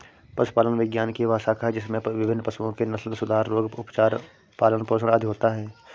पशुपालन विज्ञान की वह शाखा है जिसमें विभिन्न पशुओं के नस्लसुधार, रोग, उपचार, पालन पोषण आदि होता है